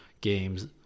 games